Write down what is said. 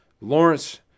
Lawrence